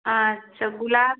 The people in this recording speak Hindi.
अच्छा गुलाब